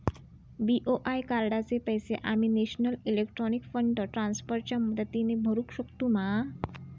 BOI कार्डाचे पैसे आम्ही नेशनल इलेक्ट्रॉनिक फंड ट्रान्स्फर च्या मदतीने भरुक शकतू मा?